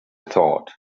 thought